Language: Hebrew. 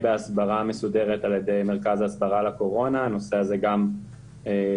בהסברה מסודרת על ידי מרכז ההסברה על הקורונה - הנושא הזה גם סוכם.